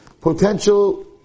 Potential